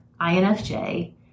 INFJ